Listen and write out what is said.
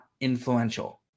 influential